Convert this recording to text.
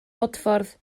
bodffordd